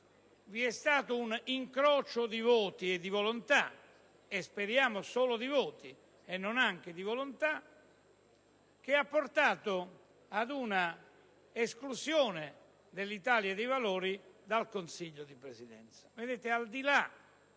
vi è stato un incrocio di voti e di volontà - speriamo solo di voti e non anche di volontà - che ha portato all'esclusione dell'Italia dei Valori dal Consiglio di Presidenza.